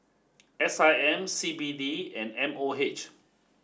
S I M C B D and M O H